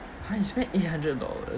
I spent eight hundred dollars